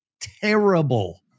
terrible